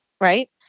right